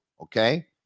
okay